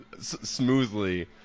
smoothly